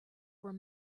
were